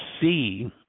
see